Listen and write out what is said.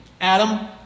Adam